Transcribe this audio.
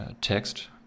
text